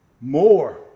more